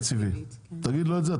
התקציבי, תגיד לו את זה?